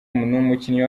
umukinnyi